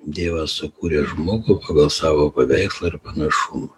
dievas sukūrė žmogų pagal savo paveikslą ir panašumą